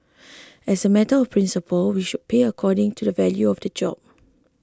as a matter of principle we should pay according to the value of the job